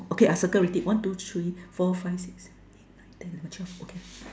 okay I circle already one two three four five six seven eight nine ten eleven twelve okay